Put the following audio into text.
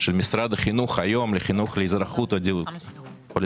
של משרד החינוך היום לחינוך לאזרחות או לדמוקרטיה.